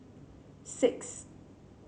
six